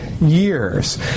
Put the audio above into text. years